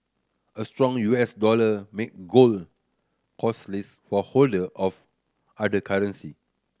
a strong U S dollar make gold costlier for holder of other currency